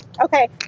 okay